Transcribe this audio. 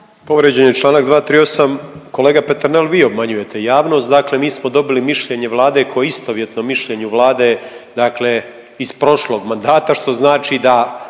Povrijeđen je članak 238. Kolega Peternel vi obmanjujete javnost. Dakle, mi smo dobili mišljenje Vlade koje je istovjetno mišljenju Vlade, dakle iz prošlog mandata što znači da